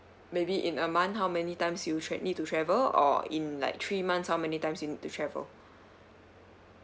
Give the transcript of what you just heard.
maybe in a month how many times you need to travel or in like three months how many times you need to travel